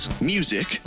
music